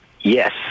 Yes